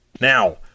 Now